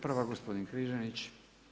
Prva gospodin Križanić.